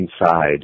inside